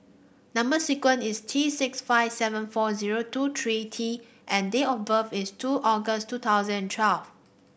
number sequence is T six five seven four zero two three T and date of birth is two August two thousand and twelve